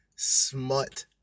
smut